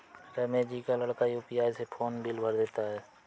रमेश जी का लड़का यू.पी.आई से फोन बिल भर देता है